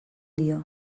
dio